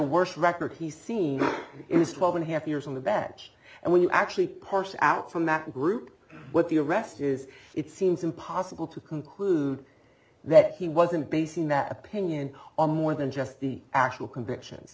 worst record he's seen it is twelve and a half years on the bench and when you actually parse out from that group what the arrest is it seems impossible to conclude that he wasn't basing that opinion on more than just the actual convictions